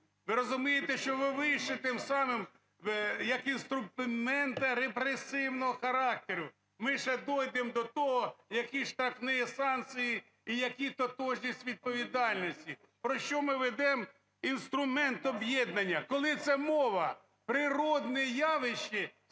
Ви розумієте, що ви вирішили тим самим, як інструмента репресивного характеру. Ми ще дійдемо до того, які штрафні санкції і які тотожність відповідальності. Про що ми ведемо інструмент об'єднання, коли це мова, природне явище,